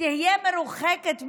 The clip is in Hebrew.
תהיה מרוחקת ממנו,